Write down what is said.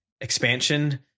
expansion